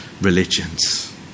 religions